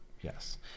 yes